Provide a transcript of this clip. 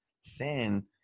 Sin